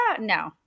No